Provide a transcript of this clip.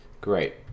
great